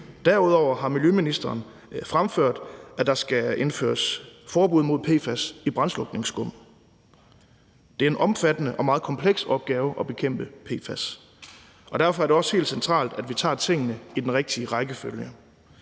Derudover har miljøministeren fremført, at der skal indføres forbud mod PFAS i brandslukningsskum. Det er en omfattende og meget kompleks opgave at bekæmpe PFAS, og derfor er det også helt centralt, at vi tager tingene i den rigtige rækkefølge.